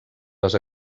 les